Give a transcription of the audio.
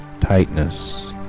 tightness